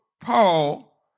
Paul